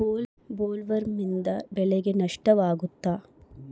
ಬೊಲ್ವರ್ಮ್ನಿಂದ ಬೆಳೆಗೆ ನಷ್ಟವಾಗುತ್ತ?